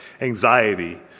anxiety